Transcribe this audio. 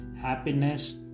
happiness